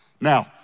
Now